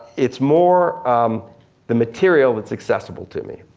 it's more the material that's accessible to me.